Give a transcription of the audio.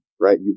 right